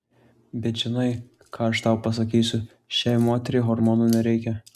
bet žinai ką aš tau pasakysiu šiai moteriai hormonų nereikia